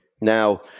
Now